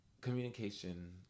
communication